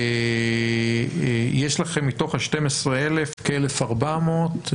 ומתוך ה-12,000 יש לכם כ-1,400,